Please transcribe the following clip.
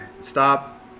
stop